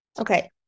Okay